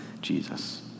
Jesus